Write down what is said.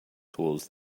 tools